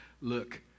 look